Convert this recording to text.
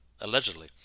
allegedly